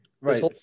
Right